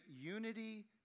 unity